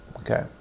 okay